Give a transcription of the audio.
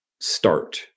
Start